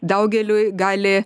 daugeliui gali